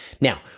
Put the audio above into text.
now